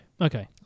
Okay